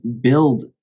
build